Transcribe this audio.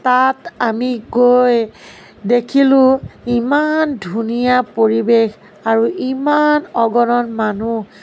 তাত আমি গৈ দেখিলোঁ ইমান ধুনীয়া পৰিৱেশ আৰু ইমান অগণন মানুহ